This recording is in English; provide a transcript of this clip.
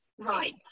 Right